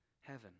heaven